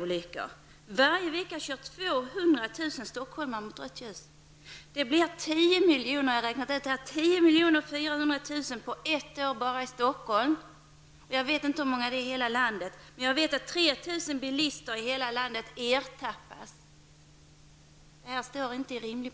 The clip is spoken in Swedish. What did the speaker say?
mot rött ljus. Varje vecka kör 200 000 stockholmare mot rött ljus. Jag har räknat ut att det blir 10 400 000 sådana överträdelser bara i Stockholm. Jag vet inte hur stor siffran är för hela landet, men jag vet att det är 3 000 bilister som blir ertappade. Dessa proportioner är inte rimliga.